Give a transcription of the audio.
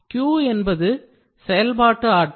Q என்பது செயல்பாடு ஆற்றல்